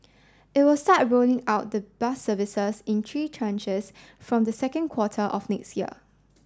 it will start rolling out the bus services in three tranches from the second quarter of next year